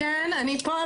אני פה,